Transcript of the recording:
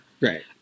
Right